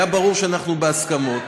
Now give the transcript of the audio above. היה ברור שאנחנו בהסכמות,